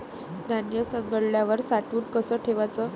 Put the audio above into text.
धान्य सवंगल्यावर साठवून कस ठेवाच?